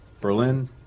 Berlin